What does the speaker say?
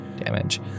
damage